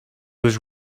was